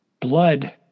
blood